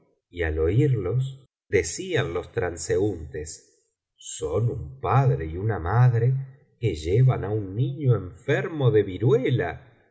y al oírlos decían los transeúntes son un padre y una madre que llevan á un niño enfermo de viruelas